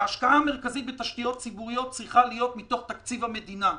ההשקעה המרכזית בתשתיות ציבוריות צריכה להיות מתוך תקציב המדינה.